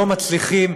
לא מצליחים,